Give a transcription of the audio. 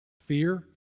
Fear